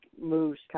moves